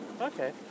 Okay